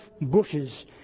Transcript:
bushes